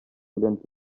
белән